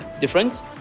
different